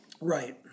Right